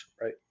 Right